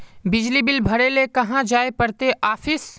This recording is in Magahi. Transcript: बिजली बिल भरे ले कहाँ जाय पड़ते ऑफिस?